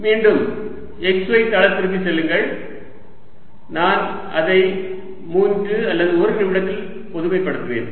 மீண்டும் xy தளத்திற்குச் செல்லுங்கள் நான் அதை 3 அல்லது ஒரு நிமிடத்தில் பொதுமைப்படுத்துவேன்